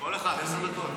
כל אחד עשר דקות.